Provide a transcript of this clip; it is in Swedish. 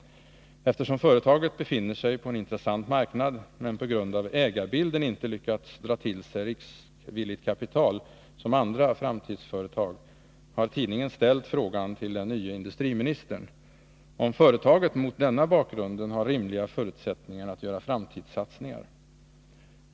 Eftersom företaget befinner sig på en intressant marknad men på grund av ägarbilden inte lyckats dra till sig riskvilligt kapital som andra framtidsföretag har tidningen ställt frågan till den nya industriministern, om företaget mot denna bakgrund har rimliga förutsättningar att göra framtidssatsningar.